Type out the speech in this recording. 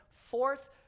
Fourth